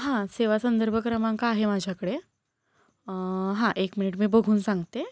हां सेवा संदर्भ क्रमांक आहे माझ्याकडे हां एक मिनिट मी बघून सांगते